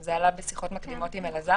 זה גם עלה בשיחות מקדימות עם אלעזר.